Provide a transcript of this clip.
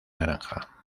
naranja